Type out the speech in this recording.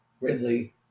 Ridley